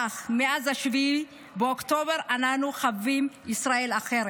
אך מאז 7 באוקטובר אנחנו חווים ישראל אחרת,